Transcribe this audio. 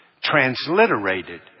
Transliterated